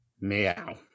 meow